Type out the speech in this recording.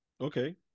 okay